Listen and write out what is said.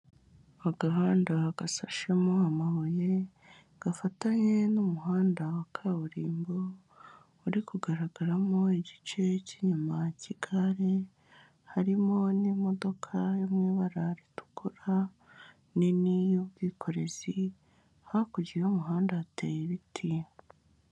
Agahanda gasashemo amabuye gafatanye n'umuhanda wa kaburimbo uri kugaragaramo igice cy'inyuma cy'igare, harimo n'imodoka yo mu ibara ritukura nini y'ubwikorezi. Hakurya y'umuhanda hateye ibiti.